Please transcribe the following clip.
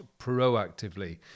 proactively